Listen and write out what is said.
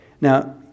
Now